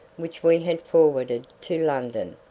which we had forwarded to london.